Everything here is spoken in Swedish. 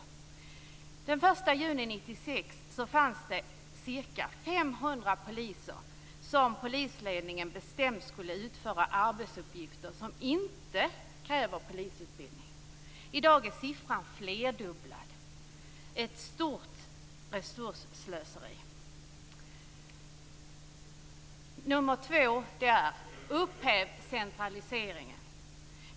Den 1 juni 1996 fanns det ca 500 poliser som polisledningen hade bestämt skulle utföra arbetsuppgifter som inte kräver polisutbildning. I dag är siffran flerdubblad. Det är ett stort resursslöseri. Förslag nummer två är: Upphäv centraliseringen!